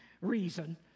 reason